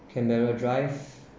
camara drive